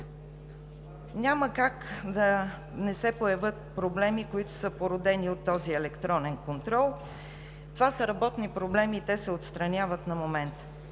Няма как да не се появят проблеми, които са породени от този електронен контрол. Това са работни проблеми и те се отстраняват на момента.